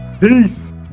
Peace